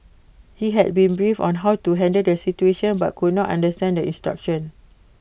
he had been briefed on how to handle the situation but could not understand the instructions